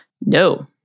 no